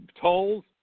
tolls